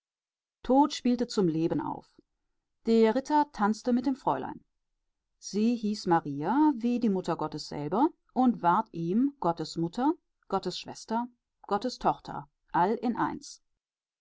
tod spielte zum leben auf der ritter tanzte mit dem fräulein sie hieß maria wie die mutter gottes selber und war ihm gottesmutter gottesschwester gottestochter